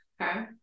Okay